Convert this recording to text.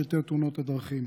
את פרטי תאונות הדרכים: